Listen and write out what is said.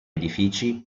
edifici